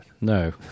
No